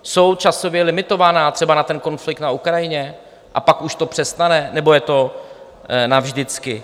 Jsou časově limitovaná třeba na konflikt na Ukrajině a pak už to přestane, nebo je to navždycky?